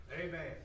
Amen